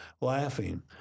laughing